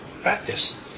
practice